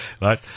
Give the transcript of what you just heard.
right